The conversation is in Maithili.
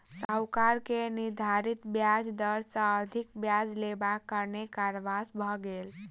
साहूकार के निर्धारित ब्याज दर सॅ अधिक ब्याज लेबाक कारणेँ कारावास भ गेल